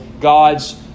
God's